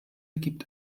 gibt